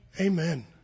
Amen